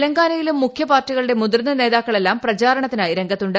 തെലങ്കാനയിലും മുഖ്യപാർട്ടികളുടെ മുതിർന്ന നേതാക്കളെല്ലാം പ്രചാര ണത്തിനായി രംഗത്തുണ്ട്